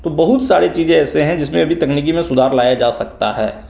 तो बहुत सारे चीज़ें ऐसे हैं जिसमें अभी तकनीकी में सुधार लाया जा सकता है